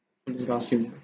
it's disgusting